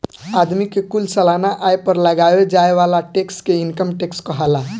आदमी के कुल सालाना आय पर लगावे जाए वाला टैक्स के इनकम टैक्स कहाला